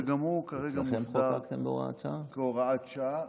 שגם הוא בהוראת שעה.